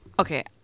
Okay